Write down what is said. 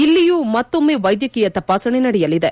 ಇಲ್ಲಿಯೂ ಮತ್ತೊಮ್ಮೆ ವೈದ್ಯಕೀಯ ತಪಾಸಣೆ ನಡೆಯಲಿದೆ